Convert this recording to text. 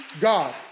God